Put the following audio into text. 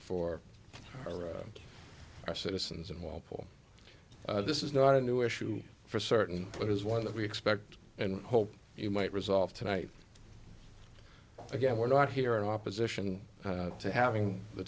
for or our citizens and walpole this is not a new issue for certain but it is one that we expect and hope you might resolve tonight again we're not here in opposition to having the